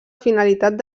finalitat